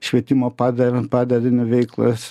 švietimo padal padalinio veiklas